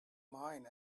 mine